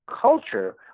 culture